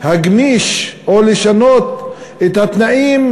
להגמיש או לשנות את התנאים,